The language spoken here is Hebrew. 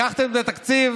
לקחתם את התקציב